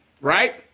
Right